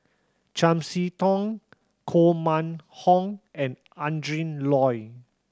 Chiam See Tong Koh Mun Hong and Adrin Loi